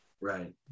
Right